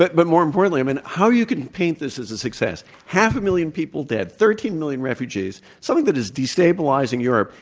but but more importantly, i mean, how you can paint this as a success. half a million people dead, thirteen million refugees, something that is destabilizing europe,